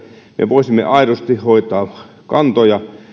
me voisimme aidosti hoitaa kantoja